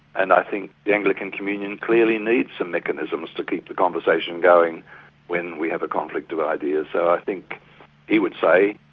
and i think the anglican communion clearly needs some mechanisms to keep the conversation going when we have a conflict of ideas. so i think he would say,